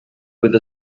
with